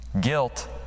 Guilt